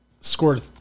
scored